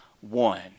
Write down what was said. one